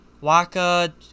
Waka